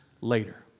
later